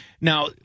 Now